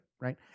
right